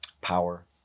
power